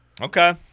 Okay